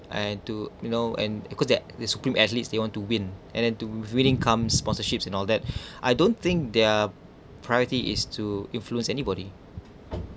and to you know and it could that the supreme athletes they want to win and then to winning comes sponsorships and all that I don't think their priority is to influence anybody